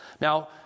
Now